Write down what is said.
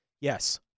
Yes